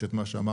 את מה שאמרת,